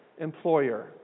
employer